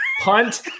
punt